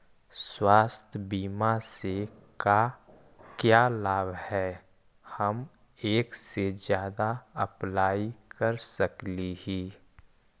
स्वास्थ्य बीमा से का क्या लाभ है हम एक से जादा अप्लाई कर सकली ही?